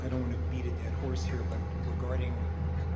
i don't want to beat a dead horse here, but regarding